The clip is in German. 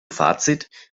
fazit